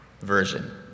version